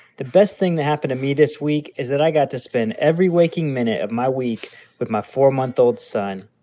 the best thing that happened to me this week is that i got to spend every waking minute of my week with my four month old son.